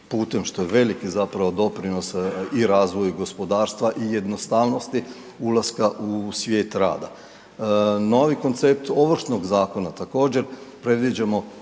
putem što je veliki zapravo doprinos i razvoju gospodarstva i jednostavnosti ulaska u svijet rada. Novi koncept Ovršnog zakona također predviđamo